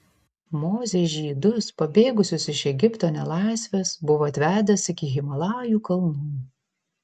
mozė žydus pabėgusius iš egipto nelaisvės buvo atvedęs iki himalajų kalnų